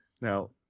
now